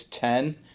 ten